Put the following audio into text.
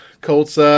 Colts –